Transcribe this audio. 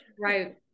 Right